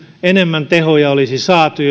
enemmän tehoja olisi saatu